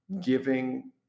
giving